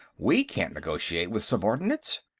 we can't negotiate with subordinates.